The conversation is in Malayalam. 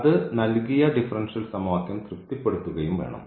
അത് നൽകിയ ഡിഫറൻഷ്യൽ സമവാക്യം തൃപ്തിപ്പെടുടുത്തുകയും വേണം